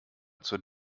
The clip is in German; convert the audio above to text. zur